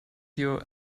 your